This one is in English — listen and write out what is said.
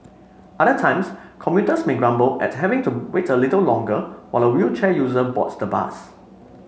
other times commuters may grumble at having to wait a little longer while a wheelchair user boards the bus